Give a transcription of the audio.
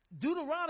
Deuteronomy